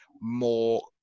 more